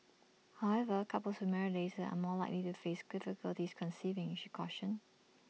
however couples who marry later are more likely to face difficulties conceiving she cautioned